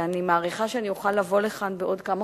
ואני מעריכה שאני אוכל לבוא לכאן בעוד כמה